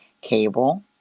Cable